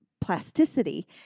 Plasticity